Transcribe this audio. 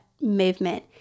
movement